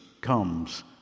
comes